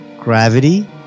gravity